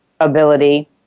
ability